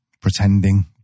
pretending